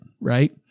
Right